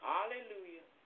Hallelujah